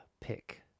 pick